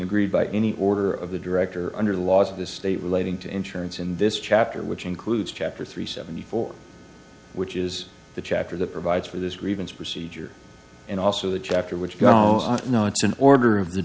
agreed by any order of the director under the laws of the state relating to insurance in this chapter which includes chapter three seventy four which is the chapter that provides for this revenge procedure and also the chapter which go no it's an order of the